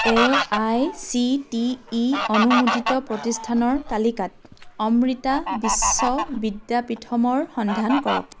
A I C T E অনুমোদিত প্ৰতিষ্ঠানৰ তালিকাত অমৃতা বিশ্ব বিদ্যাপীথমৰ সন্ধান কৰক